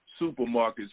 supermarkets